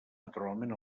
naturalment